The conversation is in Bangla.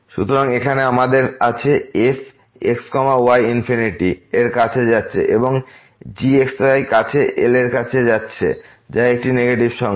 সুতরাং এখানে আমাদের আছে f x y ইনফিনিটি এর কাছে যাচ্ছে এবং এই g x y কাছে L এর কাছে যাচ্ছে যা একটি নেগেটিভ সংখ্যা